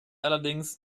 allerdings